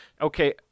okay